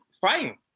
fighting